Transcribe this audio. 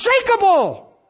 unshakable